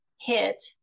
hit